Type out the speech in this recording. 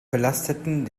belasteten